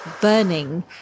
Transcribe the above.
burning